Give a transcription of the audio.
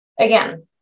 Again